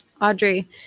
Audrey